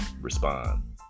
Respond